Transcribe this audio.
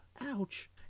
Ouch